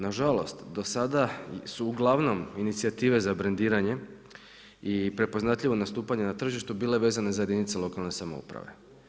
Nažalost, do sada su ugl. inicijative za brendiranje i prepoznatljivo nastupanje na tržištu bile vezane za jedinice lokalne samouprave.